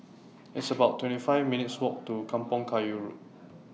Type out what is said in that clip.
It's about twenty five minutes' Walk to Kampong Kayu Road